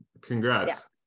congrats